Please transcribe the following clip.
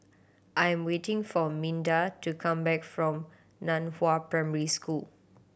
I am waiting for Minda to come back from Nan Hua Primary School